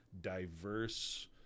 diverse